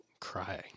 cry